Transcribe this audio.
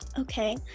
Okay